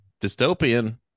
dystopian